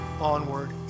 onward